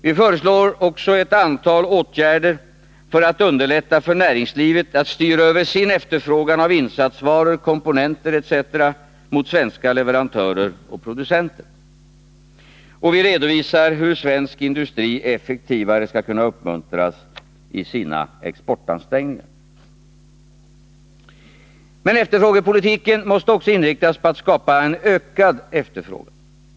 Vi föreslår ett antal åtgärder för att underlätta för näringslivet att styra över sin efterfrågan av insatsvaror, komponenter etc. mot svenska leverantörer och producenter. Vi redovisar också hur svensk industri effektivare skall kunna uppmuntras i sina exportansträngningar. Men efterfrågepolitiken måste också inriktas på att skapa en ökad efterfrågan.